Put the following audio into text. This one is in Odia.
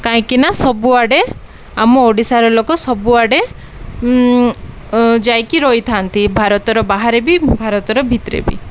କାହିଁକିନା ସବୁଆଡ଼େ ଆମ ଓଡ଼ିଶାର ଲୋକ ସବୁଆଡ଼େ ଯାଇକି ରହିଥାନ୍ତି ଭାରତର ବାହାରେ ବି ଭାରତର ଭିତରେ ବି